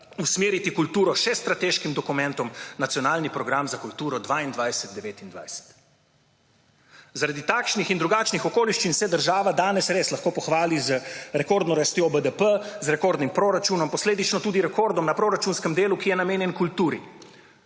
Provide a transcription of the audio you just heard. usmeriti kulturo še s strateškim dokumentov Nacionalni program za kulturo 2022-2029. Zaradi takšnih in drugačnih okoliščin se država danes res lahko pohvali z rekordno rastjo BDP, z rekordnim proračunom, posledično tudi rekordom na proračunskem delu, ki je namenjen kulturi.